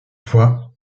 foi